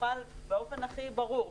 שנוכל להבין באופן הכי ברור.